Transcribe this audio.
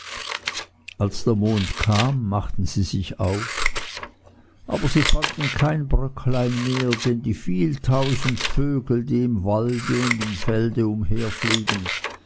als der mond kam machten sie sich auf aber sie fanden kein bröcklein mehr denn die viel tausend vögel die im walde und im felde